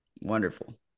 Wonderful